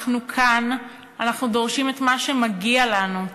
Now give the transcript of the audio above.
אנחנו כאן, אנחנו דורשים את שמגיע לנו,